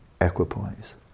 equipoise